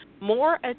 more